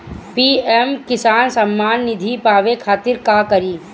PM Kisan Samman Nidhi पावे खातिर का करी?